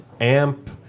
Amp